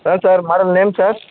அதுதான் sir model name sir